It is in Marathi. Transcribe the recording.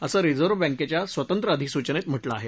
असं रिझर्व्ह बँकेच्या स्वतंत्र अधिसूचनेत म्हटलं आहे